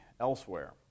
elsewhere